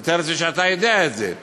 אני מתאר לעצמי שאתה יודע את זה: